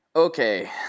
Okay